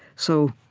so